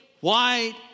white